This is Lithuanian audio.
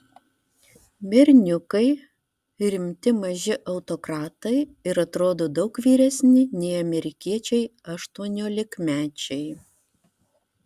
berniukai rimti maži autokratai ir atrodo daug vyresni nei amerikiečiai aštuoniolikmečiai